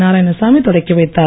நாராயணசாமி தொடக்கிவைத்தார்